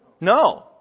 No